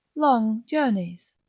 long journeys,